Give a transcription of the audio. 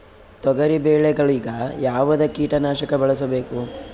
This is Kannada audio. ತೊಗರಿಬೇಳೆ ಗೊಳಿಗ ಯಾವದ ಕೀಟನಾಶಕ ಬಳಸಬೇಕು?